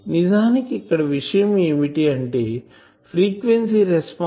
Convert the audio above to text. నిజానికి ఇక్కడ విషయం ఏమిటి అంటే ఫ్రీక్వెన్సీ రెస్పాన్సు